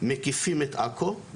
מקיפים את עכו.